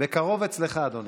בקרוב אצלך, אדוני.